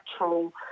natural